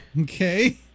Okay